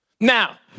Now